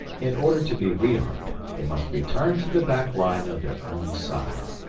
in order to be rearmed they must return to the back line of their own side.